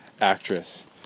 actress